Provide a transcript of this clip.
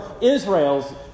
Israel's